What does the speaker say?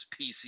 PC